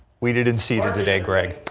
we didn't see her today great.